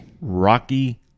Rocky